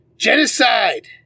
Genocide